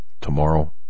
tomorrow